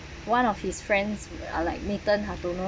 one of his friends are like nathan hartono